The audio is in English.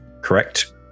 correct